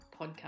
podcast